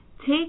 Take